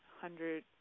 hundred